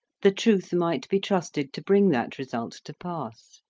the truth might be trusted to bring that result to pass.